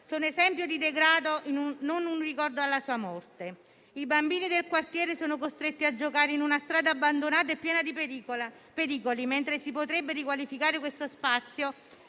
sono esempio di degrado e non un ricordo della sua morte. I bambini del quartiere sono costretti a giocare in una strada abbandonata e piena di pericoli, mentre si potrebbe riqualificare questo spazio